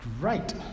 Great